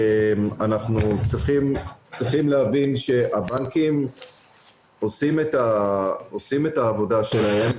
אנחנו צריכים להבין שהבנקים עושים את העבודה שלהם.